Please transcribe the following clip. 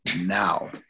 now